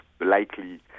likely